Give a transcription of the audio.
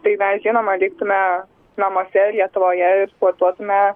tai mes žinoma liktume namuose lietuvoje ir sportuotume